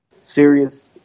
serious